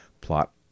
plot